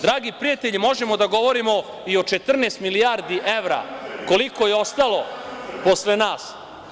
Dragi prijatelji, možemo da govorimo i o 14 milijardi evra, koliko je ostalo posle nas.